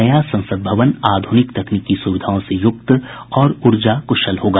नया संसद भवन आध्निक तकनीकी स्विधाओं से यूक्त और ऊर्जा क्शल होगा